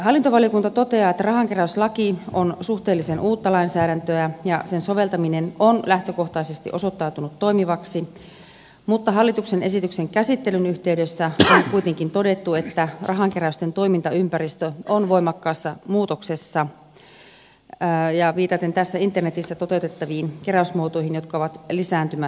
hallintovaliokunta toteaa että rahankeräyslaki on suhteellisen uutta lainsäädäntöä ja sen soveltaminen on lähtökohtaisesti osoittautunut toimivaksi mutta hallituksen esityksen käsittelyn yhteydessä on kuitenkin todettu että rahankeräysten toimintaympäristö on voimakkaassa muutoksessa viitaten internetissä toteutettaviin keräysmuotoihin jotka ovat lisääntymässä